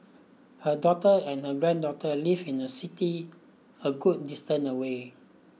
her daughter and her granddaughter live in a city a good distant away